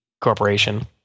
corporation